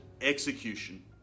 execution